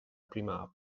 prima